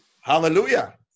hallelujah